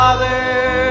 Father